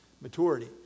maturity